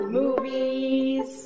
movies